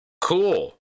Cool